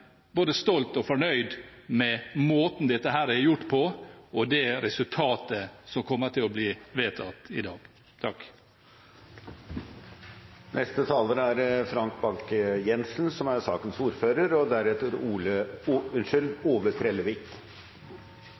både stolt og fornøyd med måten dette er gjort på, og med det som kommer til å bli vedtatt i dag.